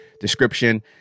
description